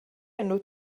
enw